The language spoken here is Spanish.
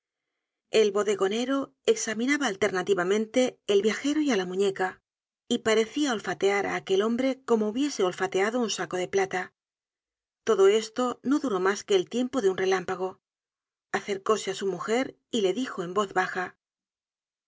el bodegonero examinaba alternativamente al viajero y á la muñeca y parecia olfatear á aquel hombre como hubiese ol fateado un saco de plata todo esto no duró mas que el tiempo de un relámpago acercóse á su mujer y le dijonéii vozíbajai j